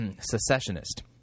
secessionist